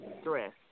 stress